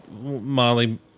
Molly